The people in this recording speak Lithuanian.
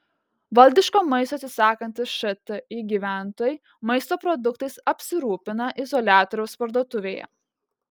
valdiško maisto atsisakantys šti gyventojai maisto produktais apsirūpina izoliatoriaus parduotuvėje